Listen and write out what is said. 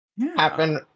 happen